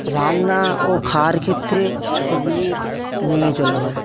রান্না ও খাওয়ার ক্ষেত্রে সেগুলি মেনে চলা হয়